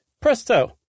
Presto